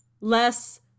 less